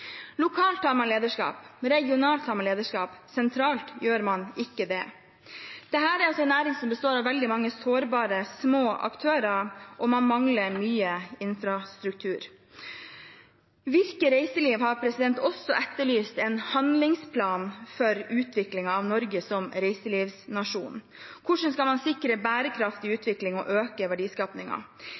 Lokalt tar man lederskap, regionalt tar man lederskap, sentralt gjør man ikke det. Dette er en næring som består av veldig mange sårbare, små aktører, og man mangler mye infrastruktur. Virke Reiseliv har også etterlyst en handlingsplan for utvikling av Norge som reiselivsnasjon, hvordan man skal sikre bærekraftig utvikling og øke